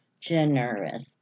generous